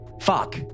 Fuck